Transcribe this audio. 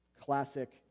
Classic